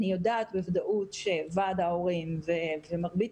אני יודעת בוודאות שוועד ההורים ומרבית